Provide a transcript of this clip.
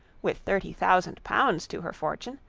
with thirty thousand pounds to her fortune,